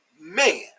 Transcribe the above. man